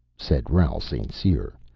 said raoul st. cyr,